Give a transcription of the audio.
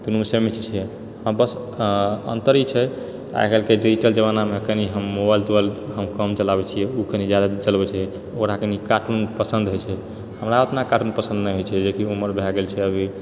दुनू सेमे चीज छै हँ बस आ अन्तर ई छै आइ काल्हिके डिजिटल जमानामे कनि हम मोबाइल तोबाइल हम कम चलाबै छियै ओ कनि जादे चलबै छै ओकरा कनि कार्टून पसन्द होइत छै हमरा ओतना कार्टून पसन्द नहि होइ छै जेकि उमर भए गेल छै अभी